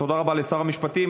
תודה רבה לשר המשפטים.